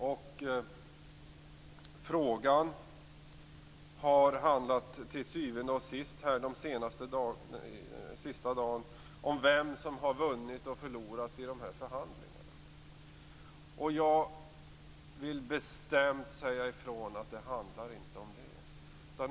Frågan gällde den sista dagen till syvende och sist vem som har vunnit och vem som har förlorat i förhandlingarna. Jag vill bestämt säga ifrån att det inte handlar om det.